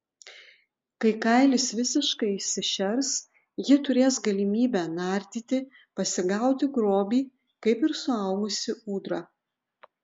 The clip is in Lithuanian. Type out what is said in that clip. kai kailis visiškai išsišers ji turės galimybę nardyti pasigauti grobį kaip ir suaugusi ūdra